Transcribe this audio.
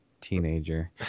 teenager